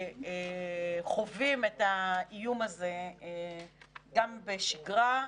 חווים את האיום הזה גם בשגרה,